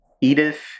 Edith